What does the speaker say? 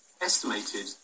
estimated